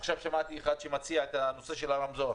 עכשיו שמעתי את ההצעה של הרמזורים.